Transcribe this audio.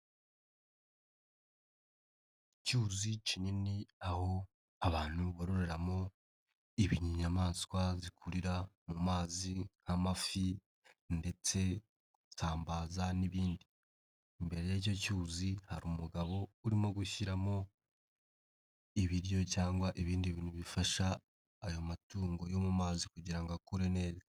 Icyuzi kinini aho abantu bororeramo ibiyamaswa zikurira mu mazi nk' amafi ndetse isambaza n'ibindi imbere y'icyo cyuzi hari umugabo urimo gushyiramo ibiryo cyangwa ibindi bintu bifasha ayo matungo yo mu mazi kugira ngo akure neza.